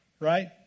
Right